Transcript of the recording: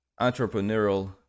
entrepreneurial